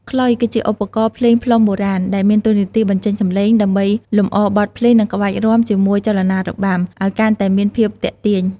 ខ្លុយ គឺជាឧបករណ៍ភ្លេងផ្លុំបុរាណ ដែលមានតួនាទីបញ្ចេញសំនៀង ដើម្បីលម្អបទភ្លេង និងក្បាច់រាំជាមួយចលនារបាំ ឲ្យកាន់តែមានភាពទាក់ទាញ។